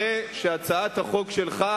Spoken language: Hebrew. הרי שהצעת החוק שלך,